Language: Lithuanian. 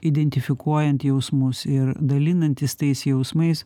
identifikuojant jausmus ir dalinantis tais jausmais